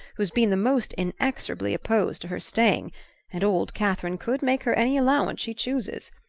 who's been the most inexorably opposed to her staying and old catherine could make her any allowance she chooses.